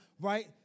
right